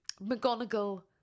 McGonagall